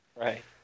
Right